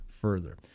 further